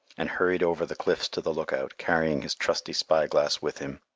and hurried over the cliffs to the lookout, carrying his trusty spy-glass with him.